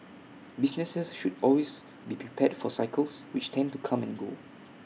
businesses should always be prepared for cycles which tend to come and go